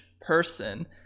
person